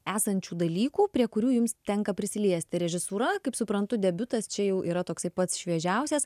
esančių dalykų prie kurių jums tenka prisiliesti režisūra kaip suprantu debiutas čia jau yra toksai pats šviežiausias